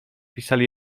pisali